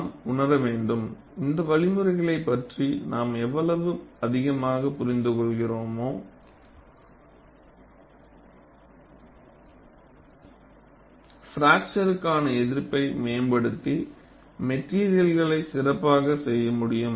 நாம் உணர வேண்டும் இந்த வழிமுறைகளைப் பற்றி நாம் எவ்வளவு அதிகமாகப் புரிந்துகொள்கிறோமோ பிராக்சர்க்கான எதிர்ப்பை மேம்படுத்தி மெட்டீரியல்களை சிறப்பாகச் செய்ய முடியும்